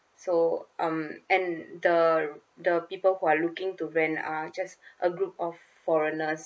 so um and the the people who are looking to rent uh just a group of foreigners